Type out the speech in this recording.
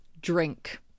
drink